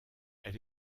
elle